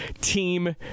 team